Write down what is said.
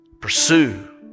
Pursue